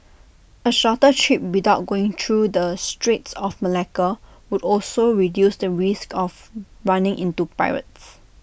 A shorter trip without going through the straits of Malacca would also reduce the risk of running into pirates